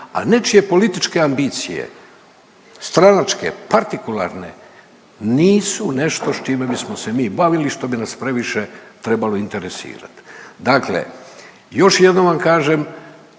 a nečije političke ambicije, stranačke, partikularne nisu nešto s čime bismo se mi bavili, što bi nas previše trebalo interesirati. Dakle, još jednom vam kažem